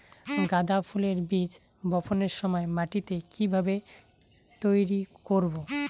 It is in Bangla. গাদা ফুলের বীজ বপনের সময় মাটিকে কিভাবে তৈরি করব?